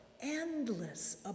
endless